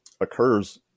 occurs